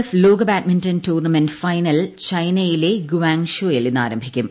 F ലോക ബാഡ്മിന്റങ്ങള്ള tournament final ചൈനയിലെ ഗുവാങ്ഷോവിൽ ഇന്ന് അരംഭിക്കും